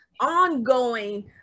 ongoing